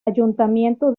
ayuntamiento